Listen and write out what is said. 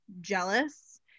jealous